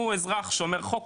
הוא אזרח שומר חוק,